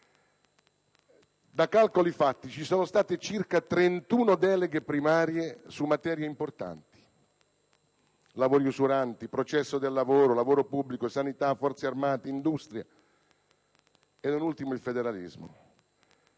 Da calcoli fatti, ci sono state circa 31 deleghe primarie su materie importanti: lavori usuranti, processo del lavoro, lavoro pubblico, sanità, Forze armate, industria e, da ultimo, il federalismo.